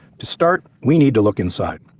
to start we need to look inside.